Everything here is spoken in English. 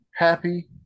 happy